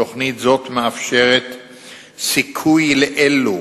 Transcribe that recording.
תוכנית זו מאפשרת סיכוי לאלו